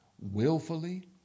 willfully